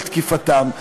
על תקיפתם.